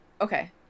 Okay